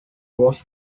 was